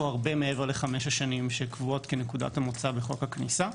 הרבה מעבר ל-5 השנים שקבועות כנקודת המוצא בחוק הכניסה.